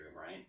right